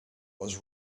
was